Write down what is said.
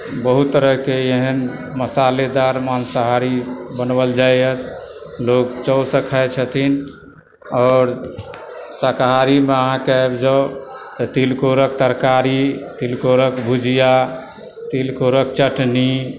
बहुत तरहकेँ एहन मशालेदार माँसाहारी बनवल जाइए लोग चावसँ खाइ छथिन आओर शाकाहारीमे अहाँकेँ आबि जाउ तऽ तिलकोरक तरकारी तिलकोरक भुजिआ तिलकोरक चटनी